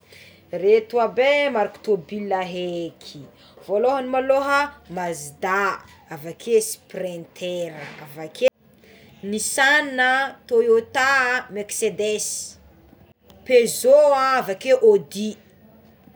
Ireto aby é mariky tomobila eky volohagny maloha mazda, aveke sprinter, avakeo nissan a, toyota à, mercedes, peugeot, avakeo audi.